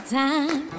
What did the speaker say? time